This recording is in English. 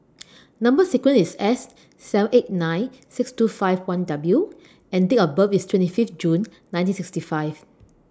Number sequence IS S seven eight nine six two five one W and Date of birth IS twenty Fifth June nineteen sixty five